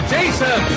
Jason